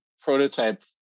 prototype